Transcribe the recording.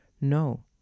No